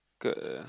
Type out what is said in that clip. ~ed ah